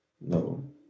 No